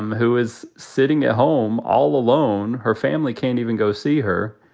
um who is sitting at home all alone, her family can't even go see her.